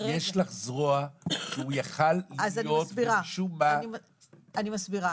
יש לך זרוע והוא יכול להיות משום מה --- אני מסבירה,